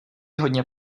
hodně